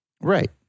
Right